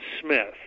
Smith